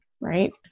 right